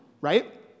right